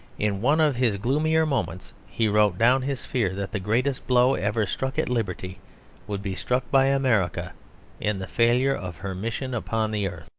in one of his gloomier moments he wrote down his fear that the greatest blow ever struck at liberty would be struck by america in the failure of her mission upon the earth.